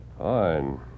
Fine